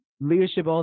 leadership